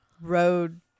road